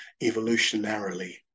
evolutionarily